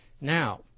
Now